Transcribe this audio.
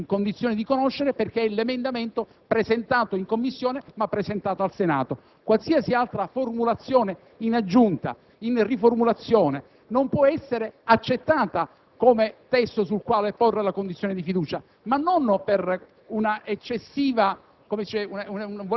che siamo stati messi in condizione di conoscere, ossia gli emendamenti presentati in Commissione, ma presentati al Senato. Qualsiasi altra formulazione (in aggiunta o in riformulazione) non può essere accettata come testo sul quale porre la questione di fiducia. Questo, non per volersi